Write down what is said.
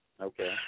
Okay